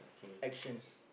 actions